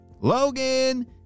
Logan